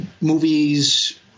movies